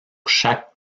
chaque